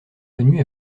connue